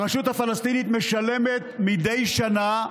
הרשות הפלסטינית משלמת מדי שנה,